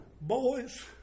Boys